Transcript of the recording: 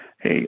Hey